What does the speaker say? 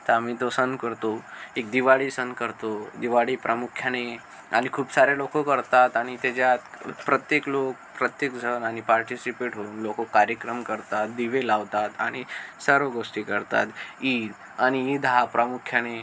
तर आम्ही तो सण करतो एक दिवाळी सण करतो दिवाळी प्रामुख्याने आणि खूप सारे लोक करतात आणि त्याच्यात प्रत्येक लोक प्रत्येक जण आणि पार्टिसिपेट होऊन लोक कार्यक्रम करतात दिवे लावतात आणि सर्व गोष्टी करतात ईद आणि ईद हा प्रामुख्याने